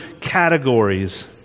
categories